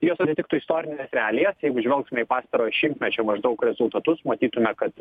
jos atitiktų istorines realijas jeigu žvelgtume į pastarojo šimtmečio maždaug rezultatus matytume kad